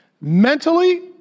Mentally